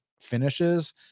finishes